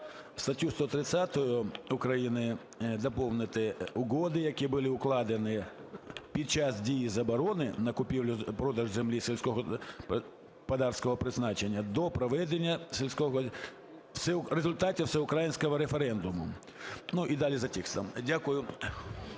Статтю 130 України доповнити: "Угоди, які були укладені під час дії заборони на купівлю-продаж земель сільськогосподарського призначення до проведення результатів всеукраїнського референдуму…" і далі за текстом. Дякую.